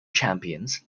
champions